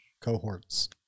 cohorts